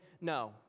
no